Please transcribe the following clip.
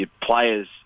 players